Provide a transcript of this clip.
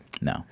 no